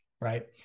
right